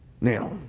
now